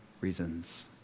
reasons